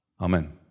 Amen